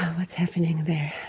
what's happening there.